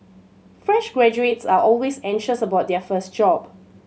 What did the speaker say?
fresh graduates are always anxious about their first job